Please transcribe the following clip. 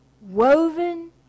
woven